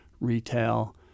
Retail